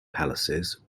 palaces